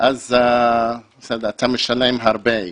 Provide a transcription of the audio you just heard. אז אתה משלם הרבה.